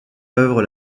œuvre